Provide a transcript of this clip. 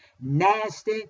nasty